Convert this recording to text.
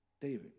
David